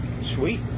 Sweet